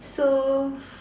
so